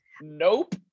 Nope